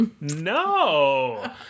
no